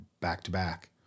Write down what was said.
back-to-back